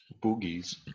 boogies